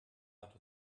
hat